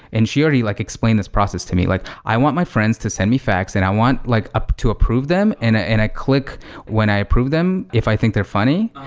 and she already like explained this process to me. like i want my friends to send me facts and i want like to approve them, and and i click when i approve them if i think they're funny.